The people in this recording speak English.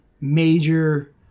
major